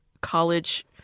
college